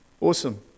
Awesome